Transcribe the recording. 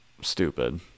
stupid